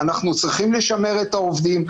אנחנו צריכים לשמר את העובדים,